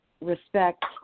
respect